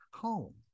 home